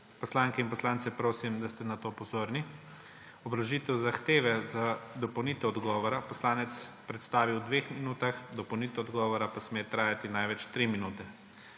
poslanke in poslance prosim, da ste na to pozorni. Obrazložitev zahteve za dopolnitev odgovora poslanec predstavi v dveh minutah, dopolnitev odgovora pa sme trajati največ tri minute.